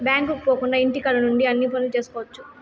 బ్యాంకుకు పోకుండా ఇంటికాడ నుండి అన్ని పనులు చేసుకోవచ్చు